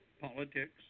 politics